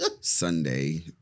Sunday